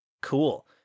Cool